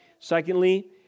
Secondly